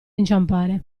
inciampare